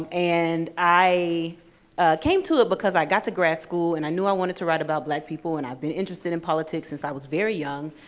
and i came to it because i got to grad school and i knew i wanted to write about black people, and i've been interested in politics since i was very young,